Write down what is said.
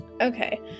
Okay